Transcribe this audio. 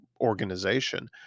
organization